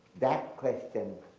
that question